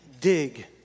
dig